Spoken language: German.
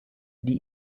die